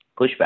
pushback